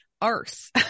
arse